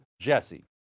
JESSE